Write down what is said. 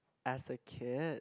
as a kid